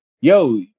yo